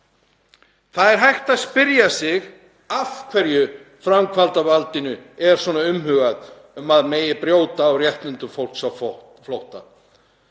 Það er hægt að spyrja sig af hverju framkvæmdarvaldinu er svona umhugað um að mega brjóta á réttindum fólks á flótta.